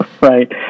right